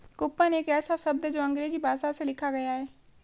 coupon एक ऐसा शब्द है जो अंग्रेजी भाषा से लिया गया है